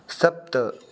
सप्त